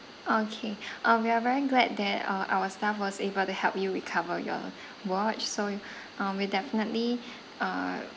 okay um we are very glad that uh our staff was able to help you recover your watch so you um we'll definitely uh